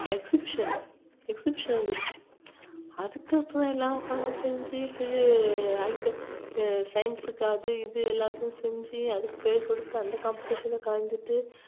exhibition exhibition வந்துடுச்சு அதுக்கு அப்போ தான் எல்லாரும் உட்காந்து செஞ்சு இப்போ இது ஐட்டம் சைன்ஸுக்கு அது இது எல்லாத்தையும் செஞ்சு அதுக்கு பெயர் கொடுத்து அந்த காம்பெடிஷனில் கலந்துகிட்டு